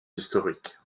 historiques